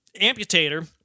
amputator